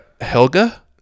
Helga